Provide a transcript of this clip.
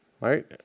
Right